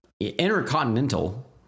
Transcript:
intercontinental